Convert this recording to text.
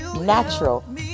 natural